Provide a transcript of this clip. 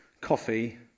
coffee